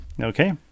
Okay